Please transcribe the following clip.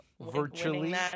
Virtually